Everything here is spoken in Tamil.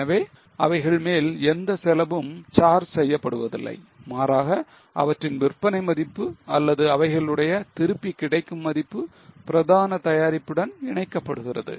எனவே அவைகள் மேல் எந்த செலவும் charge செய்யப்படுவதில்லை மாறாக அவற்றின் விற்பனை மதிப்பு அல்லது அவைகளுடைய திருப்பி கிடைக்கும் மதிப்பு பிரதான தயாரிப்புடன் இணைக்கப்படுகிறது